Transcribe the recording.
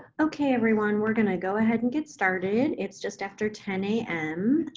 okay everyone, we're going to go ahead and get started. it's just after ten a m.